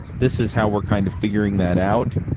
this is how we're kind of figuring that out,